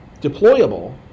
deployable